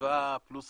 מ-7% פלוס.